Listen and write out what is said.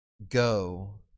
Go